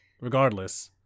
Regardless